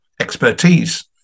expertise